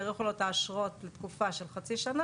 האריכו לו את האשרות לתקופה של חצי שנה